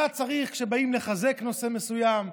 צריך שדולה כשבאים לחזק נושא מסוים,